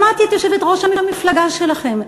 שמעתי את יושבת-ראש המפלגה שלכם,